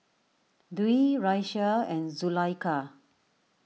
Dwi Raisya and Zulaikha